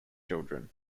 children